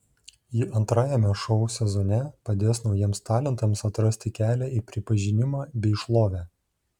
ji antrajame šou sezone padės naujiems talentams atrasti kelią į pripažinimą bei šlovę